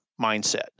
mindset